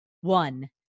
one